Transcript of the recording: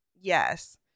Yes